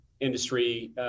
industry